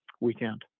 weekend